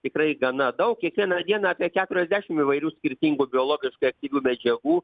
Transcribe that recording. tikrai gana daug kiekvieną dieną apie keturiasdešim įvairių skirtingų biologiškai aktyvių medžiagų